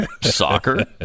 soccer